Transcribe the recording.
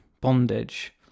bondage